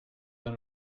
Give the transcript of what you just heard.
d’un